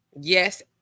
Yes